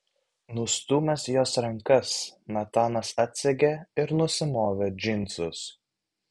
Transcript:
nustūmęs jos rankas natanas atsegė ir nusimovė džinsus